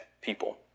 people